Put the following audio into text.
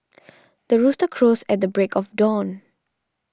the rooster crows at the break of dawn